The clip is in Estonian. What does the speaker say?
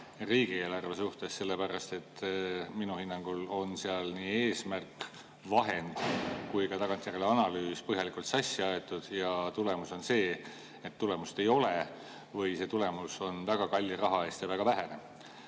riigieelarve suhtes, sellepärast et minu hinnangul on seal nii eesmärk, vahend kui ka tagantjärele analüüs põhjalikult sassi aetud ja tulemus on see, et tulemust ei ole või see tulemus on väga kalli raha eest ja väga vähene.